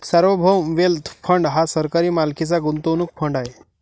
सार्वभौम wealth fund हा सरकारी मालकीचा गुंतवणूक फंड आहे